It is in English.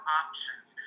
options